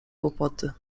kłopoty